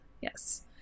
Yes